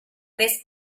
tres